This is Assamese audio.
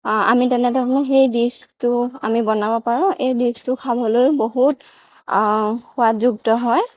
আমি তেনে ধৰণে সেই ডিচটো আমি বনাব পাৰোঁ এই ডিচটো খাবলৈয়ো বহুত সোৱাদযুক্ত হয়